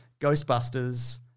Ghostbusters